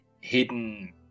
hidden